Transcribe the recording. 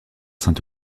saint